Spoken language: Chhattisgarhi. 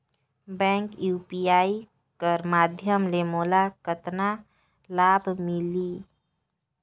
बैंक यू.पी.आई कर माध्यम ले मोला कतना लाभ मिली?